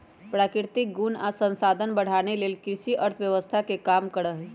प्राकृतिक गुण आ संसाधन बढ़ाने लेल कृषि अर्थव्यवस्था काम करहइ